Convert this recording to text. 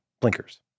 blinkers